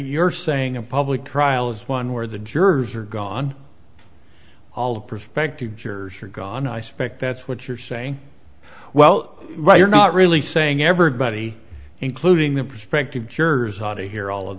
you're saying a public trial is one where the jurors are gone all the prospective jurors are gone i suspect that's what you're saying well but you're not really saying everybody including the prospective jurors ought to hear all of